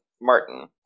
Martin